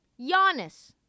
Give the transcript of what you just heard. Giannis